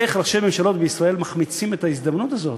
איך ראשי ממשלות מחמיצים את ההזדמנות הזאת,